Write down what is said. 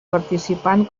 participant